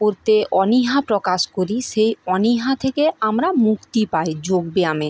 করতে অনীহা প্রকাশ করি সেই অনীহা থেকে আমরা মুক্তি পায় যোগ ব্যায়ামে